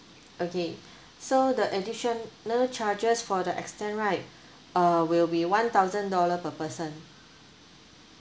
okay so the additional charges for the extend right uh will be one thousand dollar per person